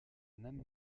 nam